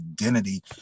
identity